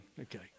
Okay